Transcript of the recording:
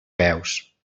peus